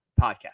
Podcast